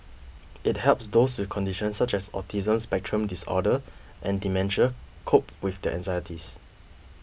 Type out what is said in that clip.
it helps those with conditions such as autism spectrum disorder and dementia cope with their anxieties